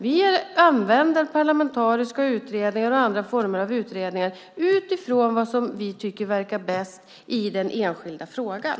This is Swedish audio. Vi använder parlamentariska utredningar och andra former av utredningar utifrån vad vi tycker verkar bäst i den enskilda frågan.